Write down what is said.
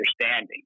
understanding